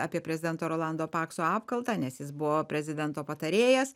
apie prezidento rolando pakso apkaltą nes jis buvo prezidento patarėjas